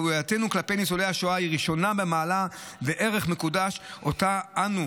חובתנו כלפי ניצולי השואה היא ראשונה במעלה וערך מקודש שאנו